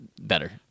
better